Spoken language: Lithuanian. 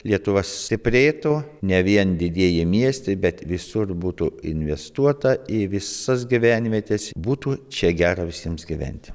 lietuva stiprėtų ne vien didieji miestai bet visur būtų investuota į visas gyvenvietes būtų čia gera visiems gyventi